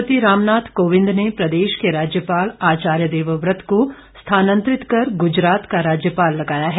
राष्ट्रपति रामनाथ कोविंद ने प्रदेश के राज्यपाल आचार्य देवव्रत को स्थानांतरित कर गुजरात का राज्यपाल लगाया है